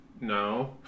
No